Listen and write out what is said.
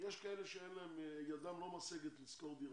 כאלה שידם לא משגת לשכור דירה,